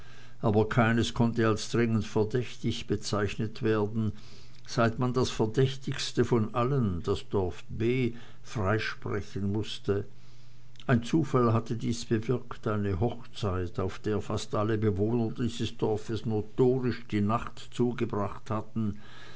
aber keines konnte als dringend verdächtig bezeichnet werden seit man das verdächtigste von allen das dorf b freisprechen mußte ein zufall hatte dies bewirkt eine hochzeit auf der fast alle bewohner dieses dorfes notorisch die nacht zugebracht hatten